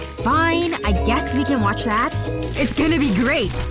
fine. i guess we can watch that it's gonna be great.